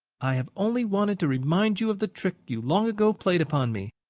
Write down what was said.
i have only wanted to remind you of the trick you long ago played upon me,